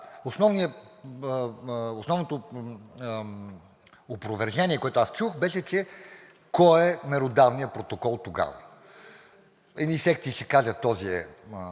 Основното опровержение, което аз чух, беше: кой е меродавният протокол тогава? Едни секции ще кажат – този е